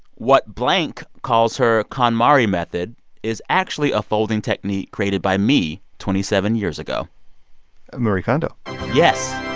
what blank calls her konmari method is actually a folding technique created by me twenty seven years ago marie kondo yes